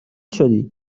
شدی